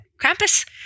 Krampus